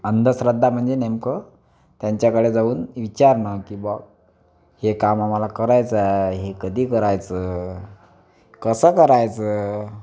अंधश्रद्धा म्हणजे नेमकं त्यांच्याकडे जाऊन विचारणं की बुवा हे काम आम्हाला करायचं आहे हे कधी करायचं कसं करायचं